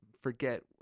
forget